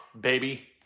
baby